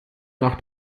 nach